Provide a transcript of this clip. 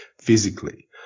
physically